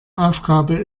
aufgabe